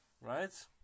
right